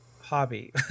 hobby